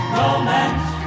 romance